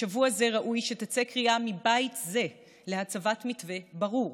בשבוע זה ראוי שתצא קריאה מבית זה להצבת מתווה ברור,